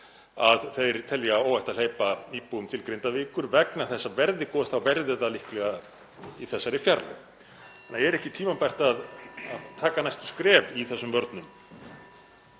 að þeir telja óhætt að hleypa íbúum til Grindavíkur vegna þess að verði gos þá verði það líklega í þessari fjarlægð. (Forseti hringir.) Er þá ekki tímabært að taka næstu skref í þessum vörnum?